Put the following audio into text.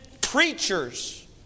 preachers